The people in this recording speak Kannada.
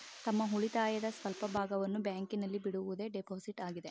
ತಮ್ಮ ಉಳಿತಾಯದ ಸ್ವಲ್ಪ ಭಾಗವನ್ನು ಬ್ಯಾಂಕಿನಲ್ಲಿ ಬಿಡುವುದೇ ಡೆಪೋಸಿಟ್ ಆಗಿದೆ